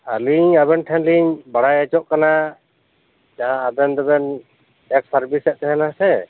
ᱟᱹᱞᱤᱧ ᱟᱵᱮᱱ ᱴᱷᱮᱱ ᱞᱤᱧ ᱵᱟᱲᱟᱭ ᱦᱚᱪᱚᱜ ᱠᱟᱱᱟ ᱡᱟᱦᱟᱸ ᱟᱵᱮᱱ ᱫᱚᱵᱮᱱ ᱮᱠᱥ ᱥᱟᱨᱵᱷᱤᱥᱮᱫ ᱛᱟᱦᱮᱱᱟᱥᱮ